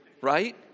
Right